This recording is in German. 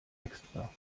extra